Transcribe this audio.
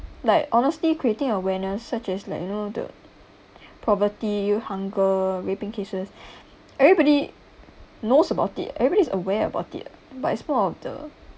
like honestly creating awareness such as like you know the poverty you hunger raping cases everybody knows about it everybody's aware about it but it's more of the